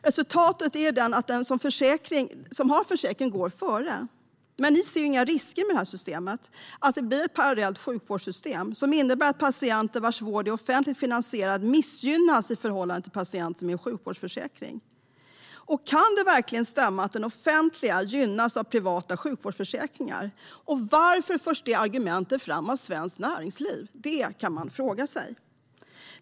Resultatet är att den som har försäkring går före, men ni ser inga risker med det systemet att det blir ett parallellt sjukvårdssystem som innebär att patienter vilkas vård är offentligt finansierad missgynnas i förhållande till patienter med sjukvårdsförsäkring. Kan det verkligen stämma att det offentliga gynnas av privata sjukvårdsförsäkringar? Varför förs det argumentet fram av Svenskt Näringsliv? Det kan man fråga sig.